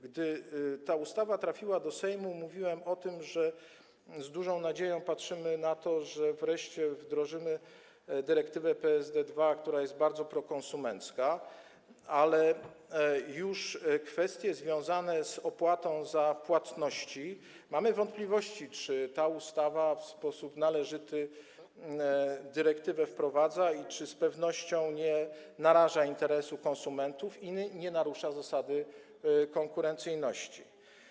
Gdy ta ustawa trafiła do Sejmu, mówiłem o tym, że z dużą nadzieją patrzymy na to, że wreszcie wdrożymy dyrektywę PSD2, która jest bardzo prokonsumencka, ale już jeżeli chodzi o kwestie związane z opłatą za płatności, to mamy wątpliwości, czy ta ustawa w sposób należyty dyrektywę wprowadza i czy z pewnością nie naraża interesu konsumentów i nie narusza zasady konkurencyjności.